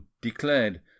declared